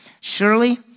Surely